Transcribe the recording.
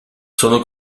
sono